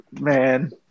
man